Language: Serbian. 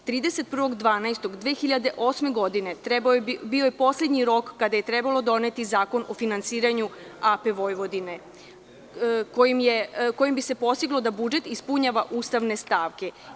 Dan, 31. decembra 2008. godine bio je poslednji rok kad je trebalo da leti Zakon o finansiranju AP Vojvodine, kojim bi se postiglo da budžet ispunjava ustavne stavke.